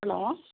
hello